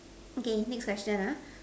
okay next question ah